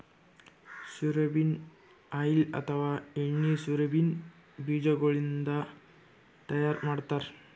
soybean oil ಅಥವಾ ಎಣ್ಣಿ soybean ಬಿಜಾಗೋಳಿನ್ದ ತೈಯಾರ್ ಮಾಡ್ತಾರ್